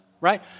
right